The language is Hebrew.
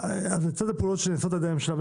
נעשות פעולות על-ידי הממשלה,